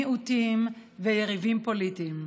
מיעוטים ויריבים פוליטיים.